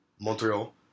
Montreal